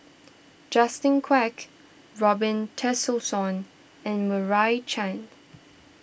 Justin Quek Robin Tessensohn and Meira Chand